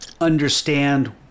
understand